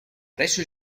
presso